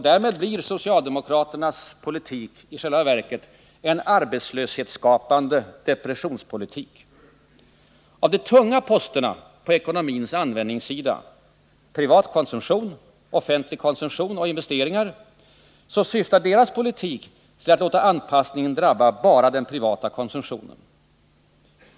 Därmed blir socialdemokraternas politik i själva verket en arbetslöshetsskapande depressionspolitik. Av de tunga posterna på ekonomins användningssida — privat konsumtion, offentlig konsumtion och investeringar — syftar deras politik till att låta anpassningen drabba bara den privata konsumtionen.